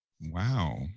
Wow